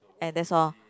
and that's all